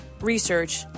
research